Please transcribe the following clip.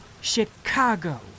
Chicago